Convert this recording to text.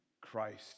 Christ